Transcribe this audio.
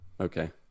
Okay